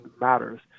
matters